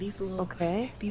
Okay